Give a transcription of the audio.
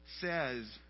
says